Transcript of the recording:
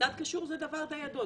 צד קשור זה דבר די ידוע.